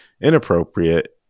Inappropriate